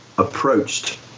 Approached